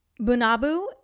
Bunabu